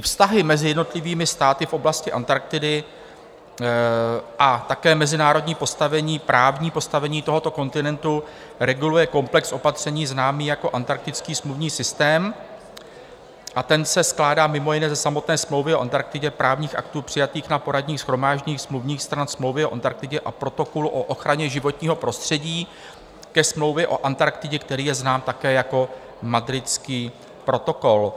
Vztahy mezi jednotlivými státy v oblasti Antarktidy a také mezinárodní postavení, právní postavení tohoto kontinentu reguluje komplex opatření známý jako Antarktický smluvní systém a ten se skládá mimo jiné ze samotné Smlouvy o Antarktidě, právních aktů přijatých na poradních shromážděních smluvních stran Smlouvy o Antarktidě a Protokolu o ochraně životního prostředí ke Smlouvě o Antarktidě, který je znám také jako Madridský protokol.